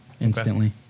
instantly